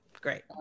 Great